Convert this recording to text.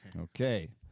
Okay